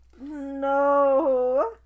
No